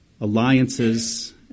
alliances